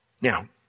Now